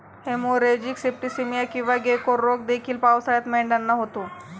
haemorrhagic septicaemia किंवा गेको रोग देखील पावसाळ्यात मेंढ्यांना होतो